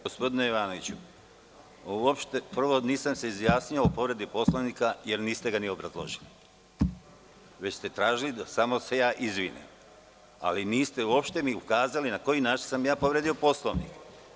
Gospodine Jovanoviću, nisam se uopšte izjasnio o povredi Poslovnika jer ga niste ni obrazložili, već ste tražili da se samo ja izvinim, ali niste uopšte ukazali na koji način sam ja povredio Poslovnik.